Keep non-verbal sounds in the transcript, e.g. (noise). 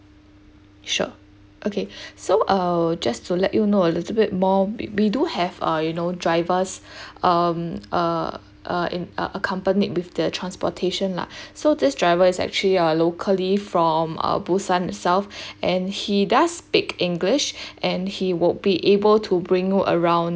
sure okay (breath) so uh just to let you know a little bit more we we do have uh you know drivers (breath) um uh uh in uh accompanied with the transportation lah (breath) so this driver is actually uh locally from uh busan itself (breath) and he does speak english (breath) and he would be able to bring you around